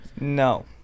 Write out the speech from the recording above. no